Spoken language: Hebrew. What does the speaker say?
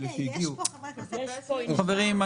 הינה, יש פה חברי הכנסת --- סליחה, חברים.